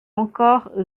encore